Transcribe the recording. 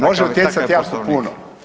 Može utjecati jako puno.